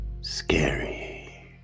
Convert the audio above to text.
scary